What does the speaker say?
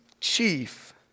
chief